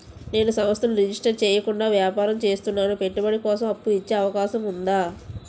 నేను సంస్థను రిజిస్టర్ చేయకుండా వ్యాపారం చేస్తున్నాను పెట్టుబడి కోసం అప్పు ఇచ్చే అవకాశం ఉందా?